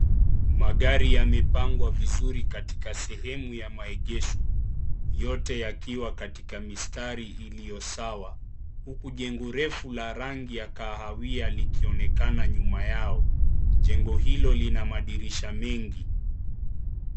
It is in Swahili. Magari yamepangwa vizuri katika sehemu ya maegesho yote yakiwa katika mistari iliyo sawa huku jengo refu la rangi ya kahawia likionekana nyuma yao. Jengo hilo lina madirisha mengi.